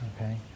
Okay